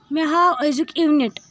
مےٚ ہاو أزیُک اِونِٹ